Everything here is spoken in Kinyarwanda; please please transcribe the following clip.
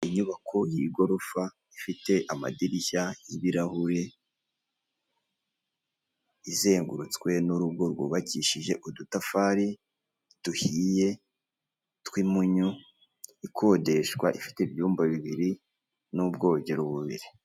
Inyubako y'igorofa ifite amadirishya y'ibirahure, izengurutswe n'urugo rwubakishije udutafari duhiye tw'impunyu, ikodeshwa, ifite ibyumba bibiri n'ubwogero bubiri.